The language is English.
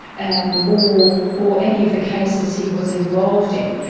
and or or any of the cases he was involved in.